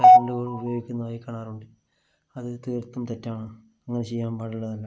കറണ്ടുകള് ഉപയോഗിക്കുന്നതായി കാണാറുണ്ട് അത് തീർത്തും തെറ്റാണ് അങ്ങനെ ചെയ്യാൻ പാടുള്ളതല്ല